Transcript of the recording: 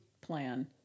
plan